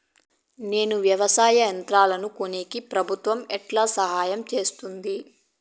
నేను వ్యవసాయం యంత్రాలను కొనేకి ప్రభుత్వ ఎట్లా సహాయం చేస్తుంది?